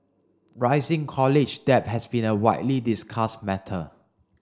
rising college debt has been a widely discussed matter